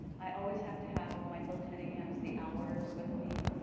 i always have to have michael cunningham's the hours with me.